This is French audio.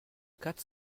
quatre